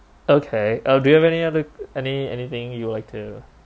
okay uh do you have any other any anything you like to